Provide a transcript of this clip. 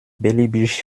beliebig